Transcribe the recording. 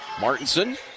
Martinson